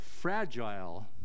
fragile